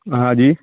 ہاں جی